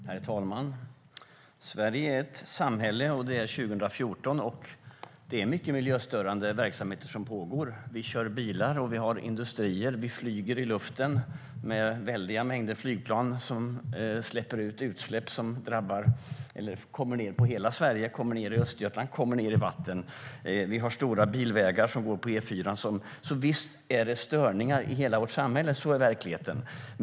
Herr talman! Sverige är ett samhälle, det är 2014, och det är mycket miljöstörande verksamheter som pågår. Vi kör bilar, och vi har industrier. Vi flyger i luften med stora mängder flygplan som släpper ut utsläpp som kommer ned i hela Sverige, kommer ned i Östergötland, kommer ned i vatten. Vi har stora bilvägar, E4:an. Visst är det störningar i hela vårt samhälle - så är verkligheten.